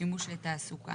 שימוש לתעסוקה